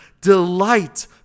delight